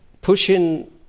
pushing